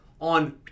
on